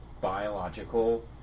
biological